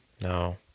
no